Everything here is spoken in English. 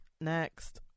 next